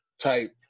type